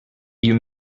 you